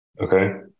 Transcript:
Okay